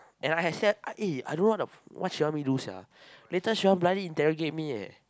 and I have sia eh I don't know what the what she want me do sia later she want bloody interrogate me leh